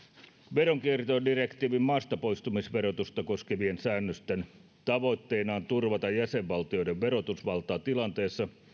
veronkiertodirektiivin maastapoistumisverotusta koskevien säännösten tavoitteena on turvata jäsenvaltioiden verotusvaltaa tilanteessa